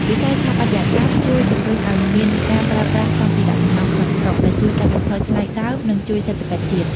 វិស័យស្ថាបត្យកម្មជួយជម្រុញឱ្យមានការប្រើប្រាស់សម្ភារៈសំណង់ក្នុងស្រុក ដែលជួយកាត់បន្ថយថ្លៃដើម និងជួយសេដ្ឋកិច្ចជាតិ។